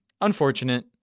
unfortunate